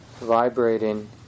vibrating